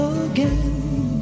again